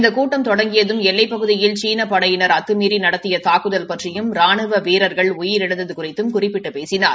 இந்த கூட்டம் தொடங்கியதும் எல்லைப்பகுதியில் சீன படையினர் அத்தமீறி நடத்திய தாக்குதல் பற்றியும் ராணுவ வீரர்கள் உயிரிழந்தது குறித்தம் குறிப்பிட்டு பேசினார்